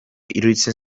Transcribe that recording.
iruditzen